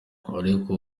ariko